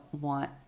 want